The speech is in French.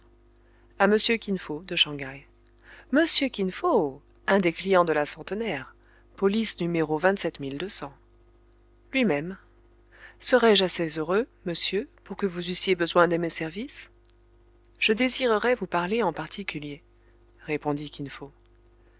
a monsieur kin fo de shang haï monsieur kin fo un des clients de la centenaire police numéro vingt-sept mille deux cent lui-même serais-je assez heureux monsieur pour que vous eussiez besoin de mes services je désirerais vous parler en particulier répondit kin fo